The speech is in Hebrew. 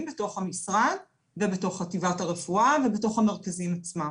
בתוך המשרד ובתוך חטיבות הרפואה ובתוך המרכזים עצמם,